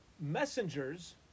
Messengers